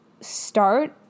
start